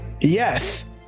Yes